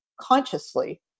consciously